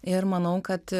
ir manau kad